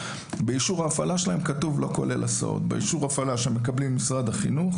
באישור ההפעלה שהם מקבלים ממשרד החינוך